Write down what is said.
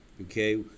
okay